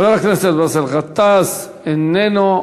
חבר הכנסת באסל גטאס, איננו.